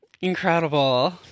Incredible